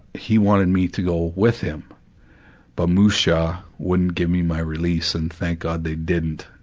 he wanted me to go with him but musha wouldn't give me my release and thank god they didn't,